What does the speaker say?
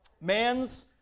Man's